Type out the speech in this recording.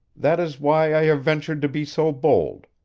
that is why i have ventured to be so bold.